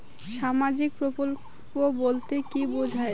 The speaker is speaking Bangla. সামাজিক প্রকল্প বলতে কি বোঝায়?